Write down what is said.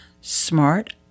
smart